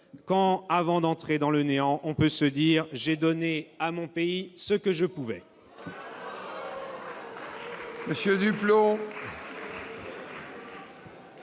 quand, avant d'entrer dans le néant, on peut se dire : j'ai donné à mon pays ce que je pouvais.